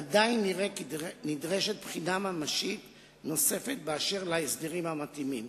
עדיין נראה כי נדרשת בחינה ממשית נוספת של ההסדרים המתאימים.